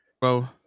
bro